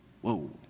Whoa